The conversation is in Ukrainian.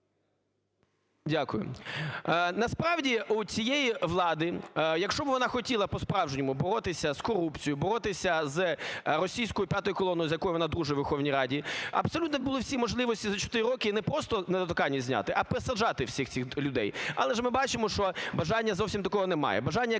Дякую. Насправді, у цієї влади, якщо би вона хотіла по-справжньому боротися з корупцією, боротися з російською п'ятою колоною, з якою вона дружить в Верховній Раді, абсолютно були б всі можливості за 4 роки не просто недоторканність зняти, а пересаджати всіх цих людей. Але ж ми бачимо, що бажання зовсім такого немає,